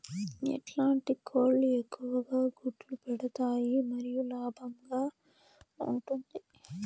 ఎట్లాంటి కోళ్ళు ఎక్కువగా గుడ్లు పెడతాయి మరియు లాభంగా ఉంటుంది?